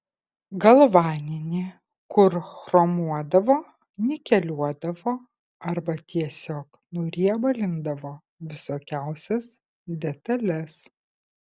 galvaninį kur chromuodavo nikeliuodavo arba tiesiog nuriebalindavo visokiausias detales